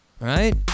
right